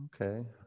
Okay